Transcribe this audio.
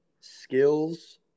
skills